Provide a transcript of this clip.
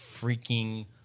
freaking